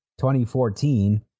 2014